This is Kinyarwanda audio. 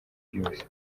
byose